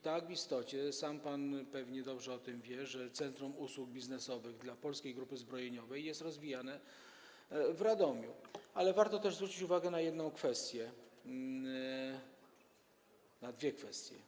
Tak, w istocie, sam pan pewnie dobrze o tym wie, centrum usług biznesowych Polskiej Grupy Zbrojeniowej jest rozwijane w Radomiu, ale warto też zwrócić uwagę na jedną kwestię, na dwie kwestie.